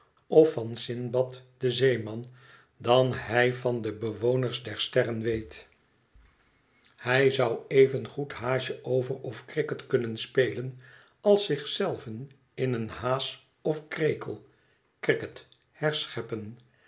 of van sindbad den zeeman dan hij van de bewoners der sterren weet hij zou evengoed haasjeover of cricket kunnen spelen als zich zelven in een haas of krekel cricket herscheppen